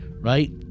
right